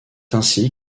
ainsi